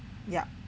ya